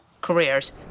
careers